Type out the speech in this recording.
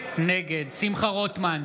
נגד שמחה רוטמן,